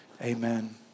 Amen